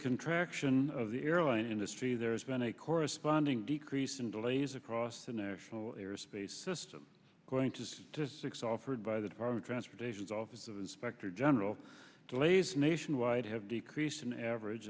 contraction of the airline industry there's been a corresponding decrease in delays across the national airspace system going to six offered by the department transportations office of inspector general delays nationwide have decreased an average